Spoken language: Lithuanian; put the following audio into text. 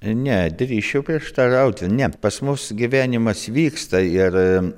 ne drįsčiau prieštarauti ne pas mus gyvenimas vyksta ir